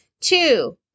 Two